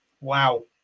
Wow